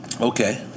Okay